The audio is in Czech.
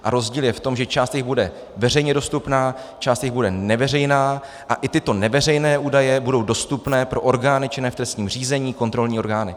A rozdíl je v tom, že část jich bude veřejně dostupná, část jich bude neveřejná a i tyto neveřejné údaje budou dostupné pro orgány činné v trestním řízení, kontrolní orgány.